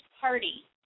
party